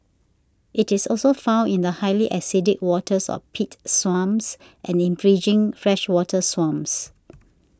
it is also found in the highly acidic waters of peat swamps and in fringing freshwater swamps